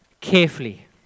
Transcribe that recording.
carefully